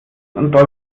und